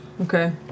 okay